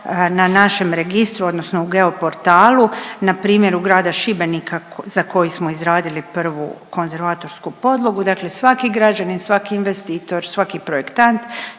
na našem registru, odnosno Geoportalu, na primjeru grada Šibenika za koji smo izradili prvu konzervatorsku podlogu, dakle svaki građanin, svaki investitor, svaki projektant